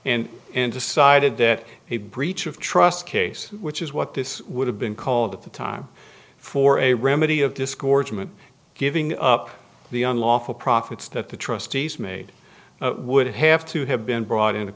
and and decided that a breach of trust case which is what this would have been called at the time for a remedy of disgorgement giving up the unlawful profits that the trustees made would have to have been brought in a